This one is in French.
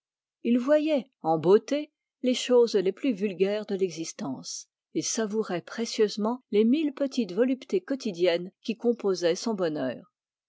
il voyait en beauté les choses les plus vulgaires de l'existence et savourait précieusement les mille petites voluptés quotidiennes qui composaient son bonheur